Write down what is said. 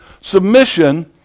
submission